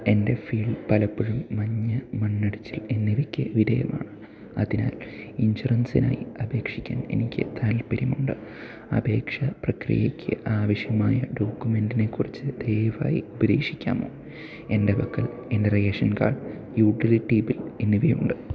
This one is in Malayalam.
എൻ്റെ ഫീൽ പലപ്പോഴും മഞ്ഞ് മണ്ണിടിച്ചിൽ എന്നിവയ്ക്ക് വിധേയമാണ് അതിനാൽ ഇൻഷുറൻസിനായി അപേക്ഷിക്കാൻ എനിക്ക് താൽപ്പര്യമുണ്ട് അപേക്ഷാ പ്രക്രിയയ്ക്ക് ആവശ്യമായ ഡോക്കുമെന്റിനെക്കുറിച്ച് ദയവായി ഉപദേശിക്കാമോ എൻ്റെ പക്കൽ എൻ്റെ റേഷൻ കാഡ് യൂട്ടിലിറ്റി ബിൽ എന്നിവയുണ്ട്